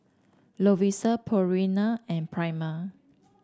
Lovisa Purina and Prima